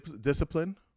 discipline